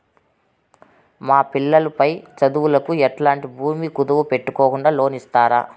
మా పిల్లలు పై చదువులకు ఎట్లాంటి భూమి కుదువు పెట్టుకోకుండా లోను ఇస్తారా